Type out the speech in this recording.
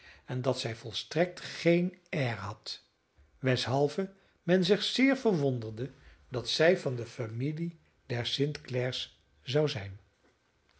deed en dat zij volstrekt geen air had weshalve men zich zeer verwonderde dat zij van de familie der st clares zou zijn